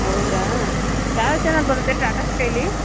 ಹೌದಾ ಯಾವ್ಯಾವ ಚಾನಲ್ ಬರುತ್ತೆ ಟಾಟಾಸ್ಕೈಲ್ಲಿ